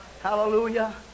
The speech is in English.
Hallelujah